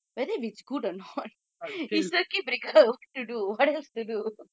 I feel that